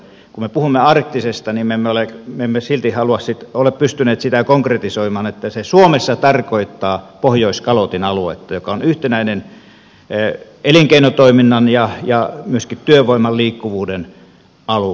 kun me puhumme arktisesta alueesta niin me emme silti ole pystyneet sitä konkretisoimaan että se suomessa tarkoittaa pohjoiskalotin aluetta joka on yhtenäinen elinkeinotoiminnan ja myöskin työvoiman liikkuvuuden alue